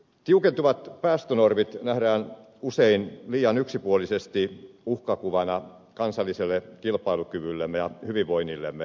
tiukentuvat päästönormit nähdään usein liian yksipuolisesti uhkakuvana kansalliselle kilpailukyvyllemme ja hyvinvoinnillemme